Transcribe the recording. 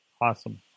Awesome